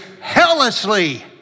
hellishly